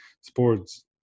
sports